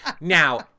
Now